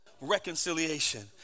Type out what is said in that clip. reconciliation